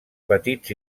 petits